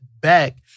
back